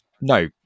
No